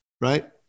right